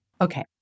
Okay